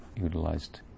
utilized